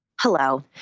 Hello